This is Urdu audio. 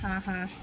ہاں ہاں